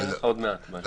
אני אראה לך עוד מעט משהו.